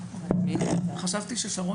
שרון